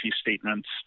statements